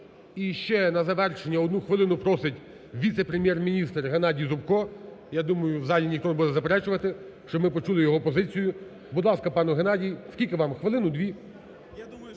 І ще на завершення одну хвилину просить віце-прем'єр-міністр Геннадій Зубко, я думаю в залі ніхто не буде заперечувати, щоб ми почули його позицію. Будь ласка, пане Геннадій, скільки вам, хвилину? Дві?